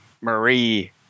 Marie